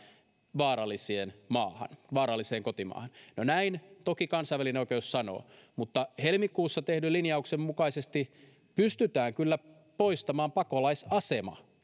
vaaralliseen maahan vaaralliseen kotimaahan no näin toki kansainvälinen oikeus sanoo mutta helmikuussa tehdyn linjauksen mukaisesti pystytään kyllä poistamaan pakolaisasema